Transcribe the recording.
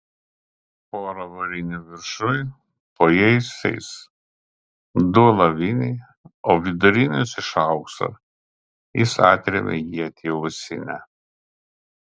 pora varinių viršuj po jaisiais du alaviniai o vidurinis iš aukso jis atrėmė ietį uosinę